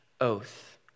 oath